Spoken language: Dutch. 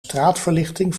straatverlichting